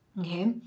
Okay